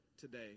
today